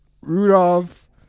Rudolph